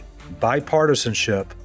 bipartisanship